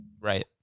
Right